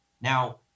Now